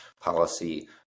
policy